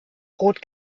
rot